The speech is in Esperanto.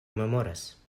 memoras